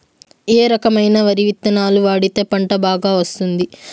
ఏ రకమైన వరి విత్తనాలు వాడితే పంట బాగా వస్తుంది?